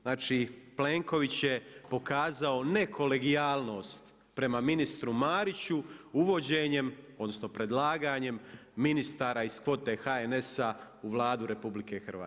Znači, Plenković je pokazao ne kolegijalnost prema ministru Mariću uvođenjem odnosno predlaganjem ministara iz kvote HNS-a u Vladu RH.